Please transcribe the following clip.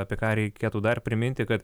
apie ką reikėtų dar priminti kad